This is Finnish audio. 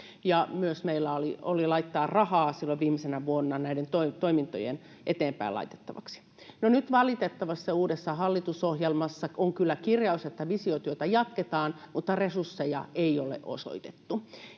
Meillä oli myös laittaa rahaa silloin viimeisenä vuonna näiden toimintojen eteenpäinlaittamiseen. No nyt valitettavasti uudessa hallitusohjelmassa on kyllä kirjaus, että visiotyötä jatketaan, mutta resursseja ei ole osoitettu.